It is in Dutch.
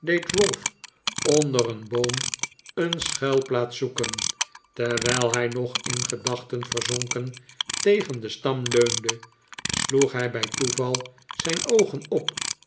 onder een boom een schuilplaats zoeken terwijl hij nog in gedachten verzonken tegen den stam leunde sloeg hij bij toeval zijn oogen op